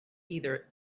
either